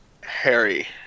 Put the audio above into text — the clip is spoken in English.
Harry